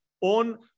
on